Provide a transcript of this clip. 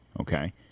Okay